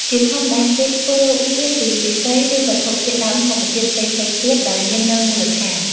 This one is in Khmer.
ជាធម្មតា គេធ្វើវាពីឫស្សី ឬវត្ថុធាតុដើមធម្មជាតិផ្សេងៗទៀតដែលមាននៅមូលដ្ឋាន។